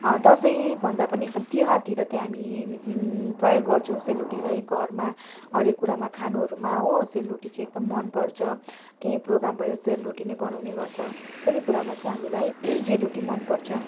दसैँभन्दा पनि एकदम तिहारतिर तै हामी प्रयोग गर्छु सेलरोटीलाई घरमा हरेक कुरामा खानुहरूमा हो सेलरोटी चाहिँ एकदम मनपर्छ केही प्रोग्राम भयो सेलरोटी बनाउने गर्छ सबै कुरामा चाहिँ हामीलाई सेलरोटी मनपर्छ